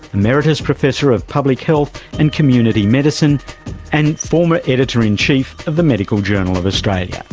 emeritus professor of public health and community medicine and former editor in chief of the medical journal of australia.